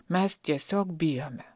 mes tiesiog bijome